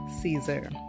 caesar